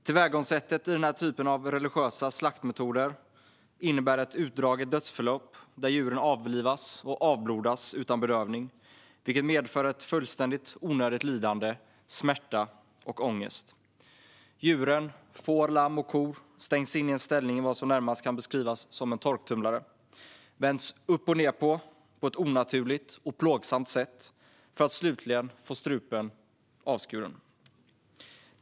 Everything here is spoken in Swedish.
Tillvägagångssättet i den här typen av religiösa slaktmetoder innebär ett utdraget dödsförlopp där djuren avlivas och avblodas utan bedövning, vilket medför ett fullständigt onödigt lidande, smärta och ångest. Djuren - får, lamm och kor - stängs in i en ställning i vad som närmast kan beskrivas som en torktumlare och vänds upp och ned på ett onaturligt och plågsamt sätt, för att slutligen få strupen avskuren.